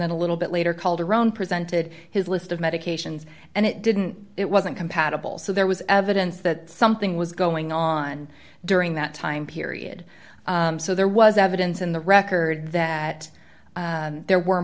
then a little bit later calderon presented his list of medications and it didn't it wasn't compatible so there was evidence that something was going on during that time period so there was evidence in the record that there were